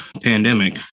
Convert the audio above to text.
pandemic